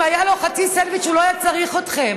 אם היה לו חצי סנדוויץ' הוא לא היה צריך אתכם.